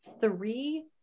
three